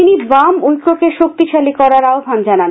তিনি বাম ঐক্যকে শক্তিশালী করার আহ্বান জানান